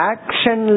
Action